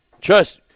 Trust